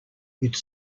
its